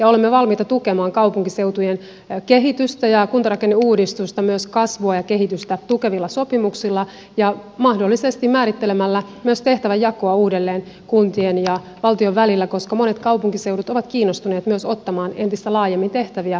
olemme valmiita tukemaan kaupunkiseutujen kehitystä ja kuntarakenneuudistusta myös kasvua ja kehitystä tukevilla sopimuksilla ja mahdollisesti määrittelemällä myös tehtäväjakoa uudelleen kuntien ja valtion välillä koska monet kaupunkiseudut ovat kiinnostuneet myös ottamaan entistä laajemmin tehtäviä vastuulleen